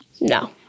No